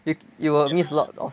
you you will miss a lot of